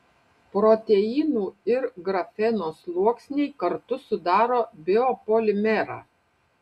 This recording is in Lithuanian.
proteinų ir grafeno sluoksniai kartu sudaro biopolimerą